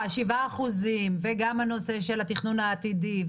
ה-7% וגם הנושא של התכנון העתידי.